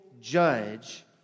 judge